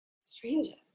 Strangest